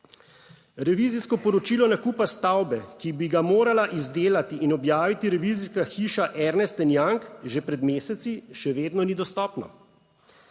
Revizijsko poročilo nakupa stavbe, ki bi ga morala izdelati in objaviti revizijska hiša Ernst & Young že pred meseci, še vedno ni dostopno.